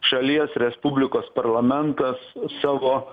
šalies respublikos parlamentas savo